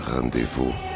Rendezvous